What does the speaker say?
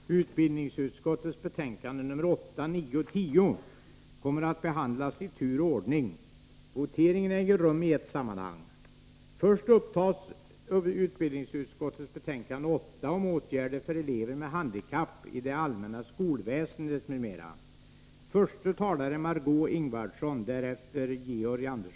Konstitutionsutskottets betänkanden 11 och 12 kommer nu att behandlas i tur och ordning. Voteringarna äger rum i ett sammanhang sedan dessa betänkanden slutbehandlats.